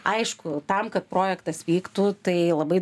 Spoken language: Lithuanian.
aišku tam kad projektas vyktų tai labai